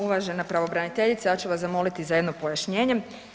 Uvažena pravobraniteljice, ja ću vas zamoliti za jedno pojašnjenje.